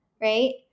right